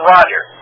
Roger